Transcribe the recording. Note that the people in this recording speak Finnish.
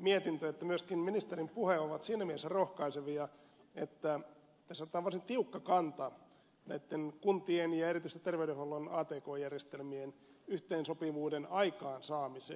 mietintö että myöskin ministerin puhe ovat siinä mielessä rohkaisevia että tässä otetaan varsin tiukka kanta näitten kuntien ja erityisesti terveydenhuollon atk järjestelmien yhteensopivuuden aikaansaamiseen